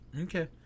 Okay